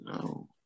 no